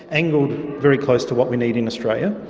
angled very close to what we need in australia,